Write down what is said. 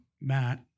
Matt